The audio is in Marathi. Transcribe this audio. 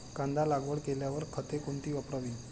कांदा लागवड केल्यावर खते कोणती वापरावी?